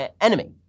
enemy